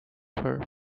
her